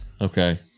Okay